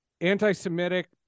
anti-Semitic